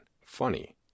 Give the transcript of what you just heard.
funny